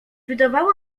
wydawało